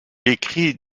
écrit